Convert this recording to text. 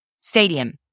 Stadium